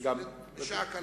לשעה קלה.